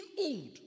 old